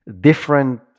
different